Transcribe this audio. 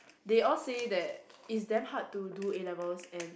they all say that it's damn hard to do A-levels and